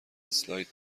اسلاید